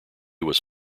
was